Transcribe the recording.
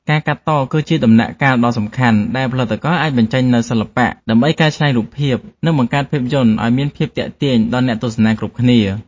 ការកាត់តគឺជាដំណាក់កាលដ៏សំខាន់ដែលផលិតករអាចបញ្ចេញនូវសិល្បៈ ដើម្បីកែច្នៃរូបភាព និង បង្កើតភាពយន្តឱ្យមានភាពទាក់ទាញដល់អ្នកទស្សនាគ្រប់គ្នា។